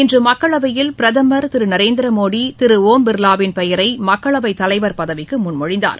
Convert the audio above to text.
இன்று மக்களவையில் பிரதமர் திரு நரேந்திர மோடி திரு ஓம் பிர்வாவின் பெயரை மக்களவை தலைவர் பதவிக்கு முன்மொழிந்தார்